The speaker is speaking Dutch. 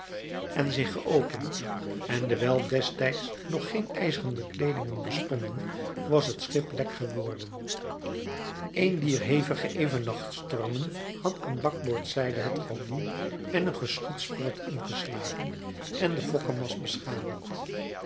en zich geopend en dewijl destijds nog geen ijzeren bekleedingen bestonden was het schip lek geworden een dier hevige evennachtsstormen had aan bakboordszijde het galjoen en een geschutpoort ingeslagen en de fokkemast beschadigd